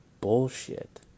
bullshit